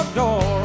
door